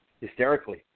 hysterically